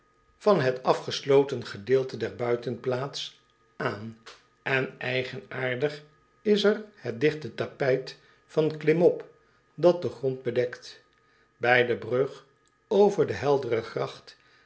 van het afgesloten gedeelte der buitenplaats aan en eigenaardig is er het digte tapijt van klimop dat den grond bedekt bij de brug over de heldere gracht